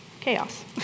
chaos